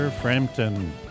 Frampton